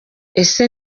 ese